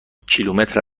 کیلومتر